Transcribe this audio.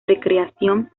recreación